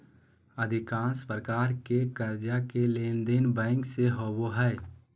अधिकांश प्रकार के कर्जा के लेनदेन बैंक से होबो हइ